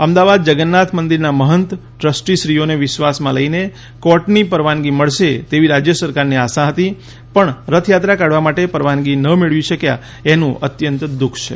અમદાવાદ જગન્નાથ મંદિરના મહંત ટ્રસ્ટીશ્રીઓને વિશ્વાસમાં લઇને કોર્ટની પરવાનગી મળશે તેવી રાજ્ય સરકારને આશા હતી પણ રથયાત્રા કાઢવા માટે પરવાનગી ન મેળવી શક્યા એનું અત્યંત દુખ છે